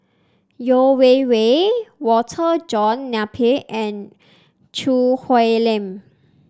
Yeo Wei Wei Walter John Napier and Choo Hwee Lim